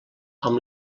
amb